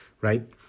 right